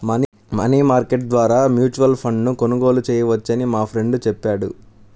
money market ద్వారా mutual ఫండ్ను కొనుగోలు చేయవచ్చని మా ఫ్రెండు చెప్పాడు